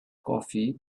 coffee